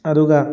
ꯑꯗꯨꯒ